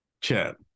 Chat